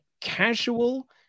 casual